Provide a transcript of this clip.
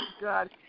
God